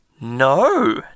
No